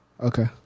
Okay